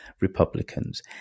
Republicans